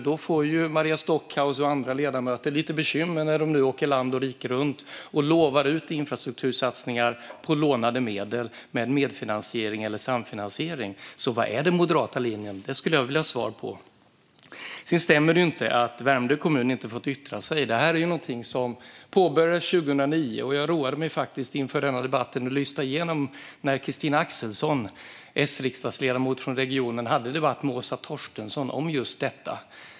Då får Maria Stockhaus och andra ledamöter lite bekymmer när de som nu åker land och rike runt och utlovar infrastruktursatsningar på lånade medel med medfinansiering eller samfinansiering. Vad är alltså den moderata linjen? Det skulle jag vilja ha svar på. Sedan stämmer det inte att Värmdö kommun inte har fått yttra sig. Detta är någonting som påbörjades 2009. Jag roade mig faktiskt inför denna debatt med att lyssna igenom en debatt som Christina Axelsson, S-riksdagsledamot från regionen, hade med Åsa Torstensson om just detta.